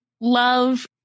love